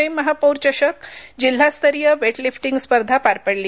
पूणे महापौर चषक जिल्हास्तरीय वेटलिफ्टींग स्पर्धा पार पडली